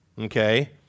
Okay